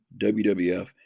WWF